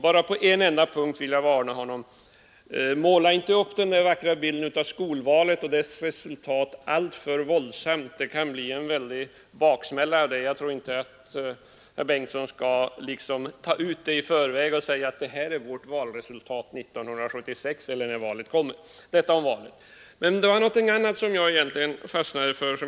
Men på en punkt vill jag varna honom: använd inte den där vackra bilden av skolvalets resultat till att ta ut en valseger 1976 i förväg! Det kan bli en väldig baksmälla av det. — Detta om valet. Det var också en annan sak som jag fastnade för.